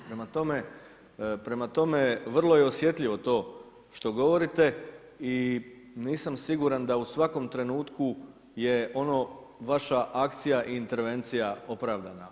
Prema tome, vrlo je osjetljivo to što govorite i nisam siguran da u svakom trenutku je ono vaša akcija i intervencija opravdana.